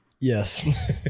Yes